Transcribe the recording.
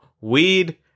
weed